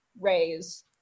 raise